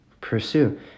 pursue